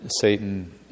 Satan